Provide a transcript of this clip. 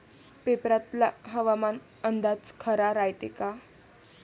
पेपरातला हवामान अंदाज खरा रायते का?